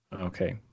Okay